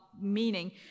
meaning